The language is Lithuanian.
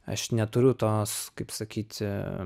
aš neturiu tos kaip sakyt